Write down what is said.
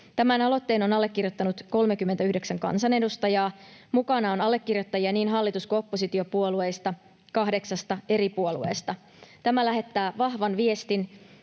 Tämän aloitteen on allekirjoittanut 39 kansanedustajaa. Mukana on allekirjoittajia niin hallitus- kuin oppositiopuolueista, kahdeksasta eri puolueesta. Tämä lähettää vahvan viestin.